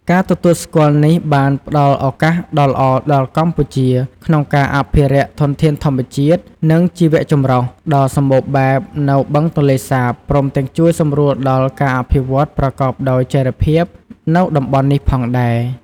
ការទទួលស្គាល់នេះបានផ្ដល់ឱកាសដ៏ល្អដល់កម្ពុជា ក្នុងការ អភិរក្សធនធានធម្មជាតិ និងជីវចម្រុះ ដ៏សម្បូរបែបនៅបឹងទន្លេសាប ព្រមទាំងជួយសម្រួលដល់ ការអភិវឌ្ឍន៍ប្រកបដោយចីរភាព នៅតំបន់នេះផងដែរ។